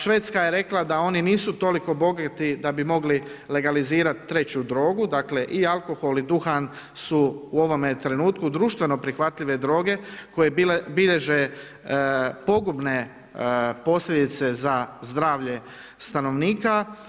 Švedska je rekla da oni nisu toliko bogati da bi mogli legalizirati treću drogu, dakle i alkohol i duhan su u ovome trenutku društveno prihvatljive droge koje bilježe pogubne posljedice za zdravlje stanovnika.